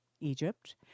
Egypt